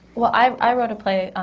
well, i wrote a play,